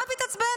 מה את מתעצבנת?